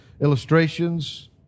illustrations